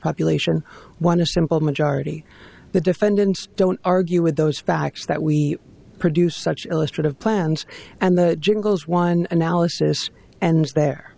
population one a simple majority the defendants don't argue with those facts that we produce such illustrate of plans and the jiggles one analysis and the